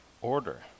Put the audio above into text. order